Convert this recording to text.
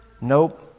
Nope